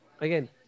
again